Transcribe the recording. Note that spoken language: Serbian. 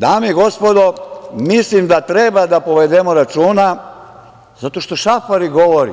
Dame i gospodo, mislim da treba da povedemo računa zato što Šafarik govori